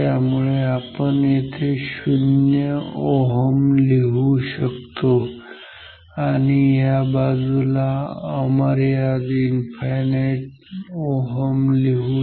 त्यामुळे येथे आपण 0 Ω लिहू शकतो आणि या बाजूला आपण अमर्याद ∞ Ω लिहू